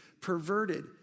perverted